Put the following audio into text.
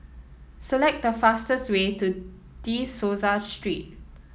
select the fastest way to De Souza Street